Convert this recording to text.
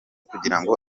kugirango